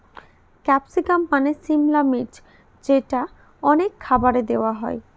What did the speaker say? capsicum মানে সিমলা মির্চ যেটা অনেক খাবারে দেওয়া হয়